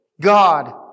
God